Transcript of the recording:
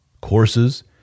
courses